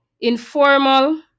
informal